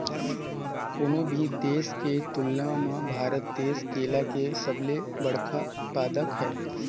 कोनो भी देश के तुलना म भारत देश केला के सबले बड़खा उत्पादक हे